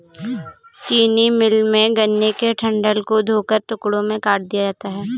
चीनी मिल में, गन्ने के डंठल को धोकर टुकड़ों में काट दिया जाता है